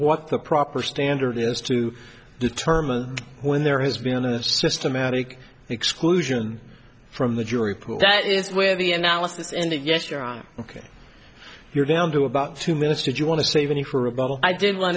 what the proper standard is to determine when there has been a systematic exclusion from the jury pool that is where the analysis in that yes you're on you're down to about two minutes did you want to save any for rebuttal i did